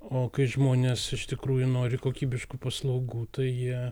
o kai žmonės iš tikrųjų nori kokybiškų paslaugų tai jie